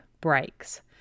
breaks